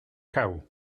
chaos